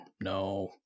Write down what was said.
no